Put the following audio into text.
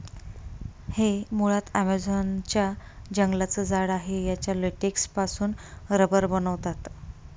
हे मुळात ॲमेझॉन च्या जंगलांचं झाड आहे याच्या लेटेक्स पासून रबर बनवतात